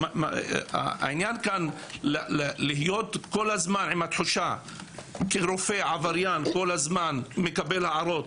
העניין כאן להיות כל הזמן עם התחושה כרופא עבריין כל הזמן מקבל הערות,